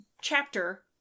chapter